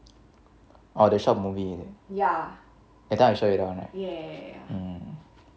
orh the short movie is it that time I show you that one right